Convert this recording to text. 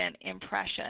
impression